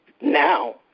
now